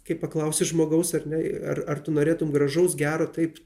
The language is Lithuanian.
kai paklausi žmogaus ar ne ar ar tu norėtum gražaus gero taip